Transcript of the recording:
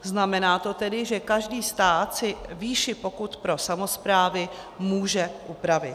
Znamená to tedy, že každý stát si výši pokut pro samosprávy může upravit.